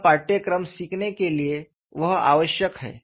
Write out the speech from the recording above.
यह पाठ्यक्रम सीखने के लिए वह आवश्यक है